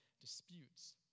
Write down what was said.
disputes